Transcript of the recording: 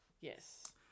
Yes